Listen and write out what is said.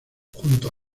junto